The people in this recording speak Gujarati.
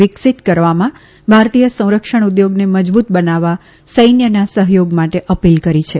વિકસીત કરવામાં ભારતીય સંરક્ષણ ઉદ્યોગને મજબુત બનાવવા સૈન્યના સહયોગ માટે અપીલ કરી છે